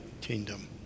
kingdom